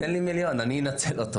תן לי מיליון, אני אנצל אותו.